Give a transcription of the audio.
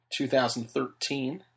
2013